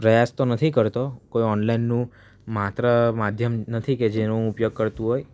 પ્રયાસ તો નથી કરતો કોઈ ઓનલાઇનનું માત્ર માધ્યમ નથી કે જેનો હું ઉપયોગ કરતું હોય